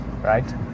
right